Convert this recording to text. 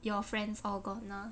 your friends all gone ah